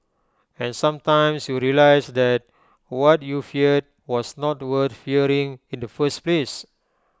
and sometimes you realise that what you feared was not worth fearing in the first place